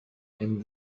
and